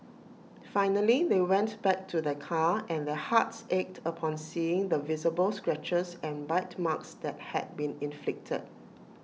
finally they went back to their car and their hearts ached upon seeing the visible scratches and bite marks that had been inflicted